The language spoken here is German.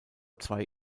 zwei